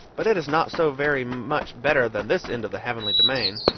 but it is not so very much better than this end of the heavenly domain.